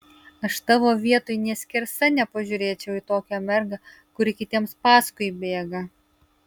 aš tavo vietoj nė skersa nepažiūrėčiau į tokią mergą kuri kitiems paskui bėga